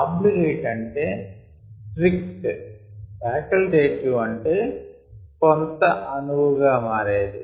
obligate అంటే strict facultative అంటే కొంత అనువుగా మారేది